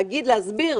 להסביר: